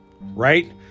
right